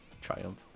triumph